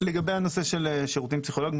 הנושא של שירותים פסיכולוגיים,